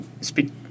speak